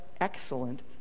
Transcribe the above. excellent